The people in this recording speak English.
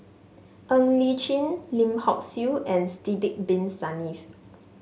Ng Li Chin Lim Hock Siew and Sidek Bin Saniff